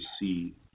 see